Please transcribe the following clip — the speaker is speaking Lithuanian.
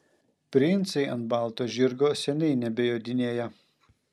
princai ant balto žirgo seniai nebejodinėja